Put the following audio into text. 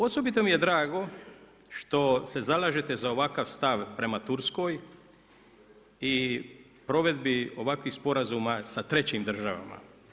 Osobito mi je drago što se zalažete za ovakav stav prema Turskoj i provedbi ovakvih sporazuma sa trećim državama.